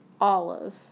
Olive